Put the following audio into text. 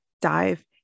dive